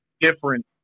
different